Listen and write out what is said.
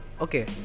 Okay